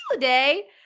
day